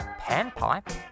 panpipe